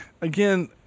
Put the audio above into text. Again